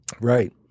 Right